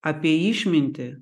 apie išmintį